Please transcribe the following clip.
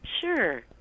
Sure